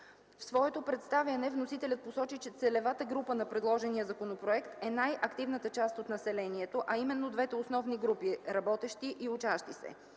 В своето представяне вносителят посочи, че целевите групи в предложения законопроект са най-активната част от населението, а именно двете основни групи – работещи и учащи се.